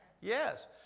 Yes